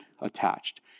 attached